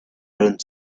around